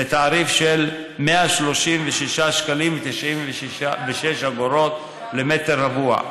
לתעריף של 136.96 שקלים למטר רבוע.